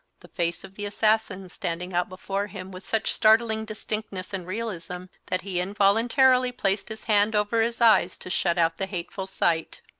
the face of the assassin standing out before him with such startling distinctness and realism that he involuntarily placed his hand over his eyes to shut out the hateful sight.